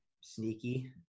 sneaky